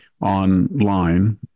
online